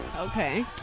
Okay